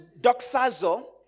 doxazo